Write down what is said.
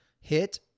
hit